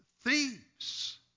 thieves